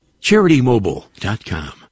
CharityMobile.com